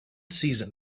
season